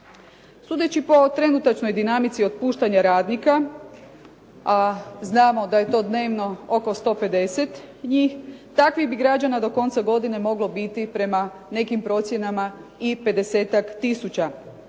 Sudeći po trenutačnoj dinamici otpuštanja radnika, a znamo da je to dnevno oko 150 njih, takvih bi građana do konca godine moglo biti prema nekim procjenama i 50-tak